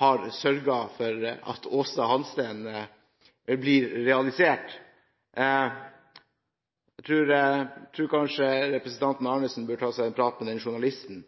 har sørget for at Aasta Hansteen blir realisert. Jeg tror kanskje representanten Arnesen bør ta seg en prat med den journalisten